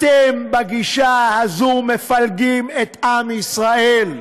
אתם, בגישה הזאת, מפלגים את עם ישראל.